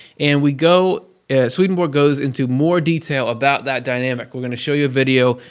and we go. swedenborg goes into more detail about that dynamic. we're going to show you a video.